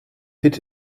hid